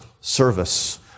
service